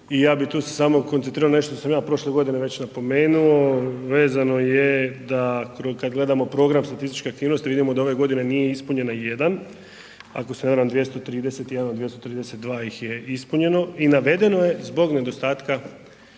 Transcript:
i ja bi ti se samo koncentrirao nešto sam ja prošle godine već napomenuo, vezano je da kad gledamo program statističkih aktivnosti vidimo da ove godine nije ispunjena 1, ako se ne varam 231 od 232 ih je ispunjeno i navedeno je zbog nedostatka